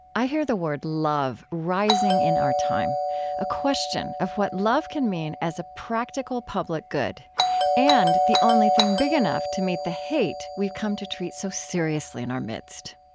i hear the word love rising in our time a question of what love can mean as a practical public good and the only thing big enough to meet the hate we've come to treat so seriously in our midst.